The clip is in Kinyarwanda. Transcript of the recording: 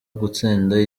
gutsinda